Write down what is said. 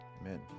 Amen